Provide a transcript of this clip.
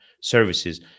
services